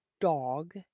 dog